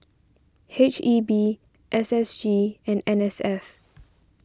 H E B S S G and N S F